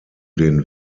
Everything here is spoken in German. den